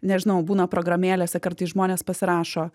nežinau būna programėlėse kartais žmonės pasirašo